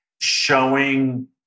showing